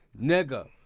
nigga